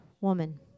woman